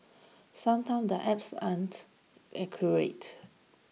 sometimes the apps aren't accurate